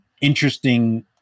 interesting